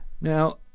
Now